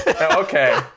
Okay